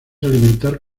alimentar